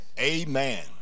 Amen